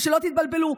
ושלא תתבלבלו.